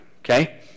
okay